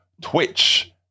Twitch